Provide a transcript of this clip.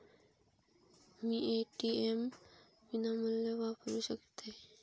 मी ATM विनामूल्य वापरू शकतय?